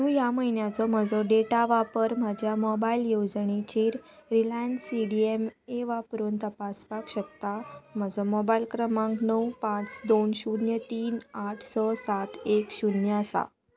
तूं ह्या म्हयन्याचो म्हजो डेटा वापर म्हज्या मोबायल येवजणेचेर Reliance C D M A वापरून तपासपाक शकता म्हजो मोबायल क्रमांक णव पांच दोन शुन्य तीन आठ स सात एक शुन्य आसा